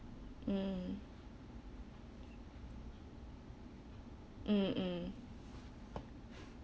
mm mm mm